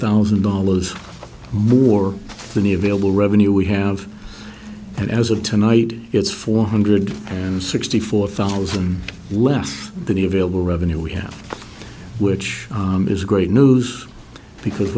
thousand dollars more than the available revenue we have and as of tonight it's four hundred and sixty four thousand less than the available revenue we have which is great news because